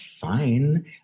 fine